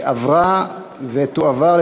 התשע"ג 2013,